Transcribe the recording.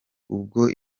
ubwo